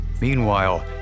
Meanwhile